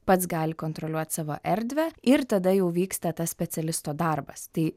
pats gali kontroliuot savo erdvę ir tada jau vyksta tas specialisto darbas tai